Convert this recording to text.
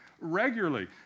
regularly